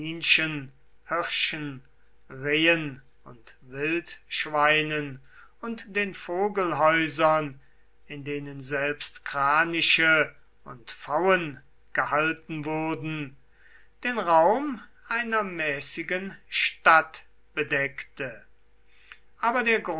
rehen und wildschweinen und den vogelhäusern in denen selbst kraniche und pfauen gehalten wurden den raum einer mäßigen stadt bedeckte aber der